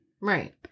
right